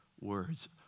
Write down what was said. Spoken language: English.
words